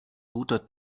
guter